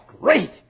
great